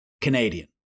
Canadian